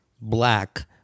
black